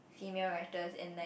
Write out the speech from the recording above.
female writers and like